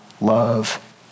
love